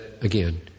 again